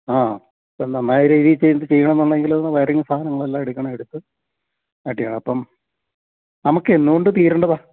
ആ അപ്പോള് നന്നായ രീതിയില് ചെയ്യണമെന്നുണ്ടെങ്കില് ഒന്ന് വയറിങ് സാധനങ്ങളെല്ലാം എടുക്കണം എടുത്ത് മറ്റേ അപ്പോള് നമുക്കെന്നുകൊണ്ട് തീരേണ്ടതാണ്